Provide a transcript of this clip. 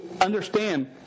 understand